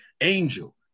angel